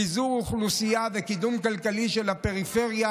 פיזור אוכלוסייה וקידום כלכלי של הפריפריה,